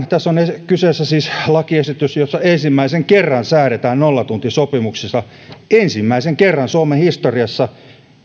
tässä on kyseessä siis lakiesitys jossa ensimmäisen kerran säädetään nollatuntisopimuksista ensimmäisen kerran suomen historiassa